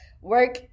work